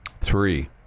Three